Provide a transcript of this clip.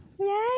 Yay